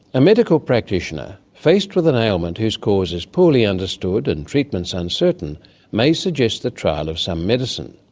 a medical practitioner faced with an ailment whose cause is poorly understood and treatments uncertain may suggest the trial of some medicine.